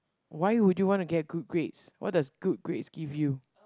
why would you want to get good grades what does good grades give you